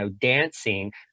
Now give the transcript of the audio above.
dancing